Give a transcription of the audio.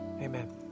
Amen